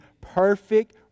perfect